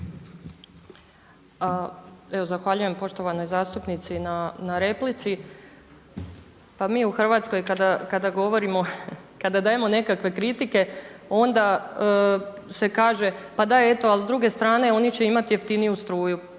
Evo zahvaljujem poštovanoj zastupnici na replici. Pa mi u Hrvatskoj kada govorimo, kada dajemo nekakve kritike onda se kaže pa da eto, a s druge strane oni će imati jeftiniju struju.